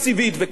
וזה לא פשוט,